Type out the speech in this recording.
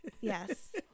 yes